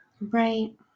Right